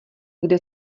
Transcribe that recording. kde